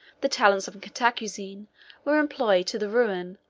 the talents of cantacuzene were employed to the ruin,